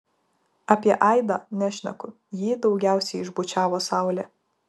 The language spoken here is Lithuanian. apie aidą nešneku jį daugiausiai išbučiavo saulė